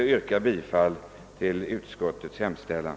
Jag yrkar bifall till utskottets hemställan.